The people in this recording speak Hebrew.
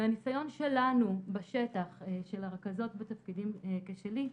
מהניסיון שלנו בשטח, של הרכזות בתפקידים כשלי,